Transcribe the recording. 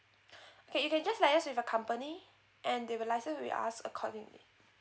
okay you can just liaise with your company and they will liaise with us accordingly